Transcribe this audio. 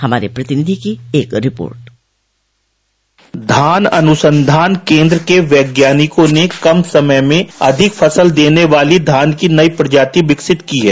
हमारे प्रतिनिधि की एक रिपोर्ट धान अनुसंधान कोन्द्र के वैज्ञानिकों ने कम समय में अधिक फसल देने वाली धान की नई प्रजाति विकसित की है